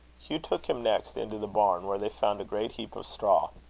hugh took him next into the barn, where they found a great heap of straw.